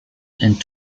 and